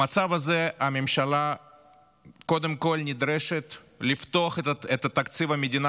במצב הזה הממשלה קודם כול נדרשת לפתוח את תקציב המדינה